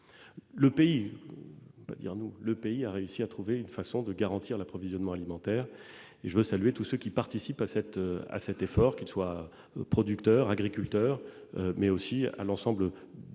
Le pays a réussi à trouver une façon de garantir l'approvisionnement alimentaire, et je veux saluer tous ceux qui participent à cet effort, qu'ils soient producteurs, agriculteurs ou commerçants de la